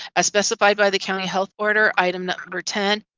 as specified by the county health border item number ten,